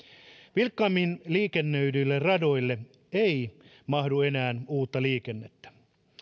vilkkaimmin liikennöidyille radoille ei mahdu enää uutta liikennettä